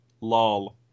Lol